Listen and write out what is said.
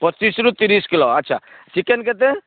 ପଚିଶରୁ ତିରିଶ କିଲୋ ଆଚ୍ଛା ଚିକେନ୍ କେତେ